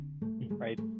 right